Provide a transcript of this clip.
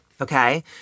okay